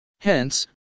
Hence